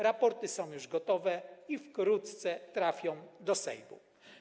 Raporty są już gotowe i wkrótce trafią do Sejmu.